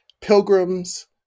pilgrims